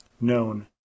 known